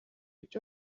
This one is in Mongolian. гэж